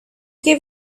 gave